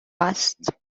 است